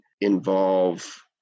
involve